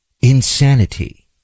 insanity